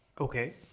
Okay